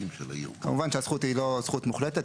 כמובן שהזכות היא לא זכות מוחלטת,